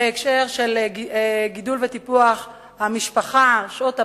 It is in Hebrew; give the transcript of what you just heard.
ההקשר של גידול וטיפוח של המשפחה, שעות הפנאי,